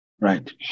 right